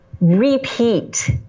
repeat